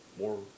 more